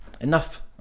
enough